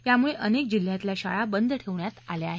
यामुळे अनेक जिल्ह्यातल्या शाळा बंद ठेवण्यात आल्या आहेत